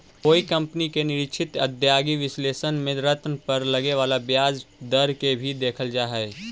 कोई कंपनी के निश्चित आदाएगी विश्लेषण में ऋण पर लगे वाला ब्याज दर के भी देखल जा हई